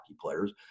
players